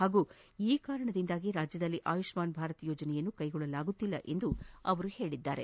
ಹಾಗೂ ಈ ಕಾರಣದಿಂದಾಗಿ ರಾಜ್ಯದಲ್ಲಿ ಆಯುಷ್ಮಾನ್ ಭಾರತ್ ಯೋಜನೆಯನ್ನು ಕೈಗೊಳ್ಳಲಾಗುತ್ತಿಲ್ಲ ಎಂದು ಅವರು ಹೇಳಿದ್ದಾರೆ